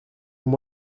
vous